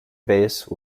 base